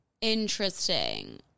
interesting